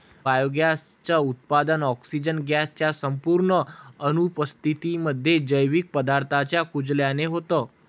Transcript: biogas च उत्पादन, oxygen gas च्या संपूर्ण अनुपस्थितीमध्ये, जैविक पदार्थांच्या कुजल्याने होतं